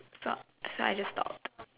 so so I just stopped